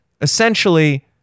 essentially